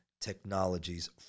technologies